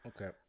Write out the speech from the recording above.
Okay